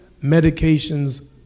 medications